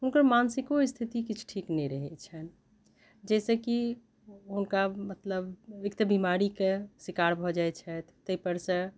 हुनकर मानसिको स्थिति किछु ठीक नहि रहैत छनि जाहिसँ कि हुनका मतलब एक तऽ बीमारीके शिकार भऽ जाइत छथि ताहि परसँ